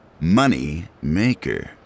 Moneymaker